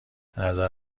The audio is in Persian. بنظر